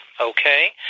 okay